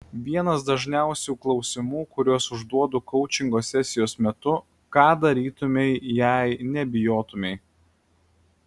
vienas dažniausių klausimų kuriuos užduodu koučingo sesijos metu ką darytumei jei nebijotumei